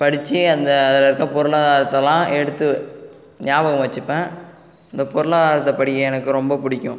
படித்து அதில் இருக்கிற பொருளாதாரத்தல்லாம் எடுத்து ஞாபகம் வச்சுப்பேன் இந்த பொருளாதாரத்தை படிக்க எனக்கு ரொம்ப பிடிக்கும்